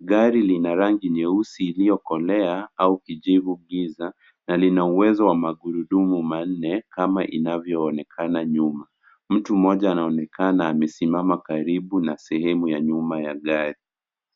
Gari lina rangi nyeusi iliyokolea au kijivu-giza, na lina uwezo wa magurudumu manne kama inavyoonekana nyuma. Mtu mmoja anaonekana amesimama karibu na sehemu ya nyuma ya gari.